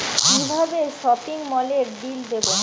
কিভাবে সপিং মলের বিল দেবো?